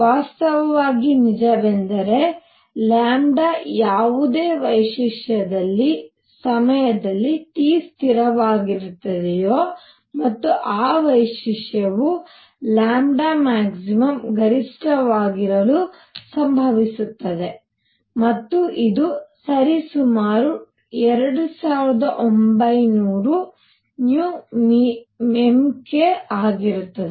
ವಾಸ್ತವವಾಗಿ ನಿಜವೆಂದರೆ ಯಾವುದೇ ವೈಶಿಷ್ಟ್ಯದ ಸಮಯದಲ್ಲಿ T ಸ್ಥಿರವಾಗಿರುತ್ತದೆ ಮತ್ತು ಆ ವೈಶಿಷ್ಟ್ಯವು maxಗರಿಷ್ಠವಾಗಿರಲು ಸಂಭವಿಸುತ್ತದೆ ಮತ್ತು ಇದು ಸರಿಸುಮಾರು 2900 μmK ಆಗಿರುತ್ತದೆ